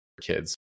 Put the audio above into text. kids